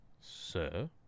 Sir